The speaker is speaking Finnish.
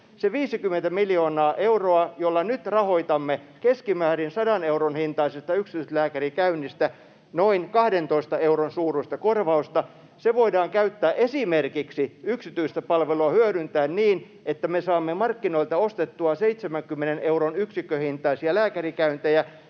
se 50 miljoonaa euroa, jolla nyt rahoitamme keskimäärin 100 euron hintaisesta yksityislääkärikäynnistä noin 12 euron suuruista korvausta, voidaan käyttää esimerkiksi yksityistä palvelua hyödyntäen niin, että me saamme markkinoilta ostettua 70 euron yksikköhintaisia lääkärikäyntejä,